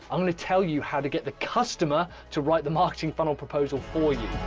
i'm going to tell you how to get the customer to write the marketing funnel proposal for you.